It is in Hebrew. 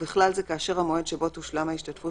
ובכלל זה כאשר המועד שבו תושלם ההשתתפות